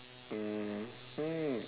mmhmm